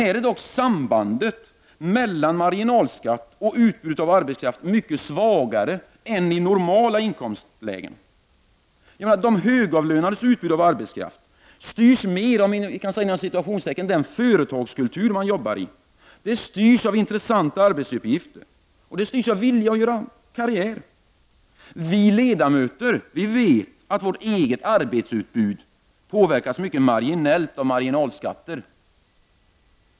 Här är dock sambandet mellan marginalskatt och utbudet av arbetskraft mycket svagare än i normala inkomstlägen. De högavlönades utbud av arbetskraft styrs mera av den ”företagskultur” de jobbar i. Det styrs av intressanta arbetsuppgifter och en vilja att göra karriär. Vi ledamöter vet att vårt eget arbetsutbud påverkas mycket marginellt av marginalskatter.